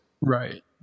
Right